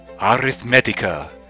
Arithmetica